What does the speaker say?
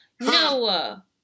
Noah